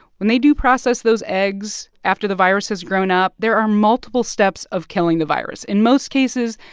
when they do process those eggs after the virus has grown up, there are multiple steps of killing the virus. in most cases,